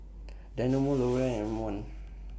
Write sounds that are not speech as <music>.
<noise> Dynamo L'Oreal and M one